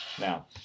Now